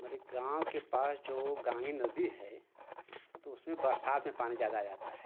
हमारे गाँव के पास जो गान्घी नदी है तो उसमें बरसात में पानी ज़्यादा आ जाता है